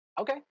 Okay